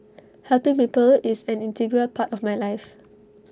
helping people is an integral part of my life